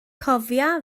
cofia